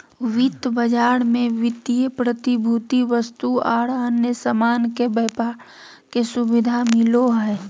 वित्त बाजार मे वित्तीय प्रतिभूति, वस्तु आर अन्य सामान के व्यापार के सुविधा मिलो हय